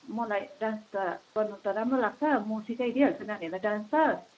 मलाई डान्स त गर्नु त राम्रो लाग्छ म सिकाइदिइहाल्छु नानीहरूलाई डान्स त